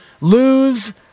lose